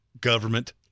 government